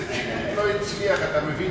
הכנסת שטרית לא הצליח, אתה מבין,